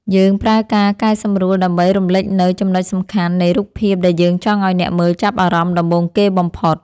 យើងប្រើការកែសម្រួលដើម្បីរំលេចនូវ ចំណុចសំខាន់ នៃរូបភាពដែលយើងចង់ឱ្យអ្នកមើលចាប់អារម្មណ៍ដំបូងគេបំផុត។